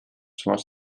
samas